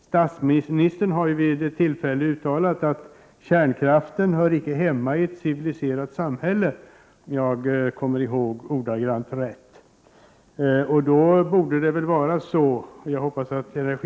Statsministern har ju vid ett tillfälle uttalat att kärnkraften icke hör hemma i ett civiliserat samhälle, om jag kommer ihåg ordalydelsen rätt. Jag hoppas att energiministern medger att det ligger en Prot.